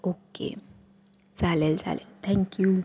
okay चालेल चालेल thank you